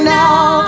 now